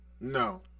no